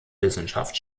wissenschaft